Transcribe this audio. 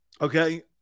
Okay